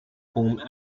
home